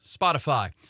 Spotify